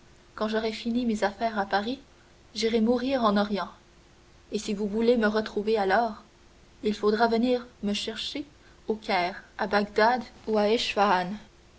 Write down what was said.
quand j'aurai fini mes affaires à paris j'irai mourir en orient et si vous voulez me retrouver alors il faudra venir me chercher au caire à bagdad ou